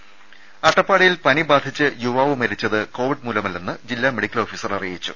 രുമ അട്ടപ്പാടിയിൽ പനി ബാധിച്ച് യുവാവ് മരിച്ചത് കോവിഡ് മൂലമല്ലെന്ന് ജില്ലാ മെഡിക്കൽ ഓഫീസർ അറിയിച്ചു